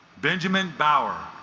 benjamin bauer